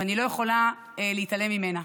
ואני לא יכולה להתעלם ממנה.